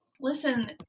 Listen